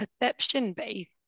perception-based